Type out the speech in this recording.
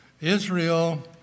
Israel